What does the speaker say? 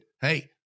Hey